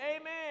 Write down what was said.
Amen